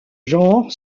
genre